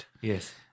Yes